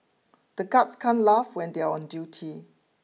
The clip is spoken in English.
the guards can't laugh when they are on duty